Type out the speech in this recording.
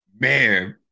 Man